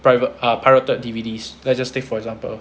private uh pirated D_V_D's let's just take for example